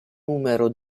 numero